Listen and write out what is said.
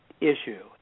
issue